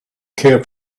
care